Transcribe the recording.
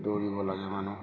দৌৰিব লাগে মানুহ